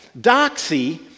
Doxy